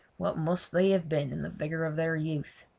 what must they have been in the vigour of their youth.